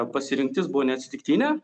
pasirinktis buvo neatsitiktinė